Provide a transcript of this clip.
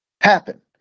happen